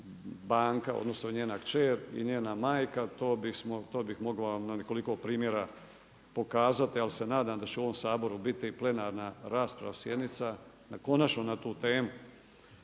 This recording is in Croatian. banka odnosno njena kćer i njena majka. To bih mogao na nekoliko primjera pokazati. Ali se nadam da će u ovom Saboru biti plenarna rasprava, sjednica konačno na tu temu.